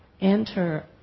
enter